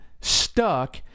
stuck